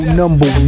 number